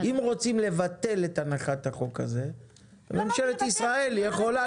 אם רוצים לבטל את הנחת הצעת החוק הזאת ממשלת ישראל יכולה